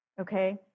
okay